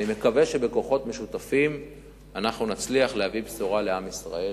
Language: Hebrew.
אני מקווה שבכוחות משותפים אנחנו נצליח להביא בשורה לעם ישראל.